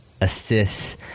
assists